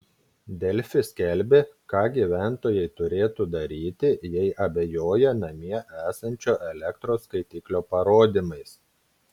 delfi skelbė ką gyventojai turėtų daryti jei abejoja namie esančio elektros skaitiklio parodymais